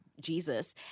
Jesus